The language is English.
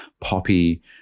poppy